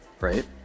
right